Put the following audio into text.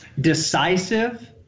Decisive